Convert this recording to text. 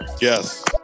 Yes